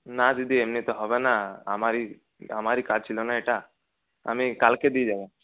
না দিদি এমনিতে হবে না আমারই আমারই কাজ ছিল না এটা আমি কালকে দিয়ে যাব